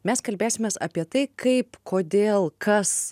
mes kalbėsimės apie tai kaip kodėl kas